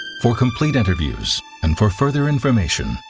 for complete interviews and for further information,